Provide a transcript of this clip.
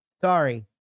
sorry